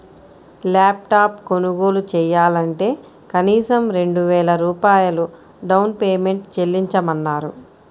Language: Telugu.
ల్యాప్ టాప్ కొనుగోలు చెయ్యాలంటే కనీసం రెండు వేల రూపాయలు డౌన్ పేమెంట్ చెల్లించమన్నారు